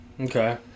Okay